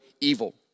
evil